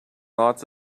lots